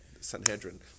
Sanhedrin